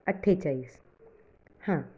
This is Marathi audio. अठ्ठेचाळीस हां